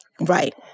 right